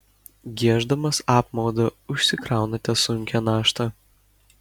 gieždamas apmaudą užsikraunate sunkią naštą